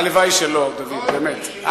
הלוואי שלא, דוד, באמת.